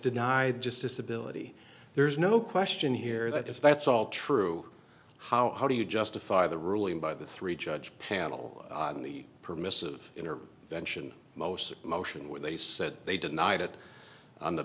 denied just disability there's no question here that if that's all true how do you justify the ruling by the three judge panel in the permissive vention most motion when they said they denied it on the